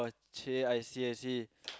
!chey! I see I see